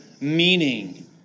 meaning